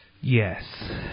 Yes